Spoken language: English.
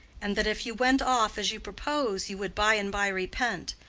and that if you went off as you propose, you would by-and-by repent,